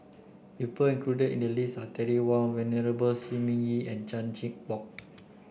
people included in the list are Terry Wong Venerable Shi Ming Yi and Chan Chin Bock